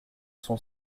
son